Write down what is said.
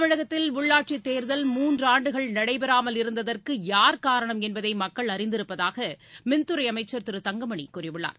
தமிழகத்தில் உள்ளாட்சித் தேர்தல் மூன்றாண்டுகள் நடைபெறாமல் இருந்ததற்குயார் காரணம் என்பதைமக்கள் அறிந்திருப்பதாகமின்துறைஅமைச்சர் திரு தங்கமணிகூறியுள்ளார்